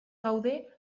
gaude